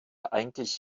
eigentlich